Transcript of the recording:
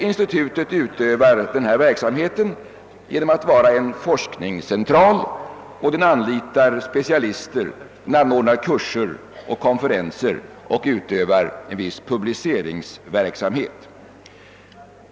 Institutet utövar denna verksamhet genom att vara en forskningscentral. Det anlitar specialister, anordnar kurser och konferenser och utövar en viss publiceringsverksamhet.